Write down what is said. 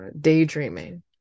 daydreaming